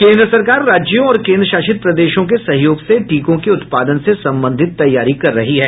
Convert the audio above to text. केंद्र सरकार राज्यों और केंद्र शासित प्रदेशों के सहयोग से टीकों के उत्पादन से संबंधित तैयारी कर रही है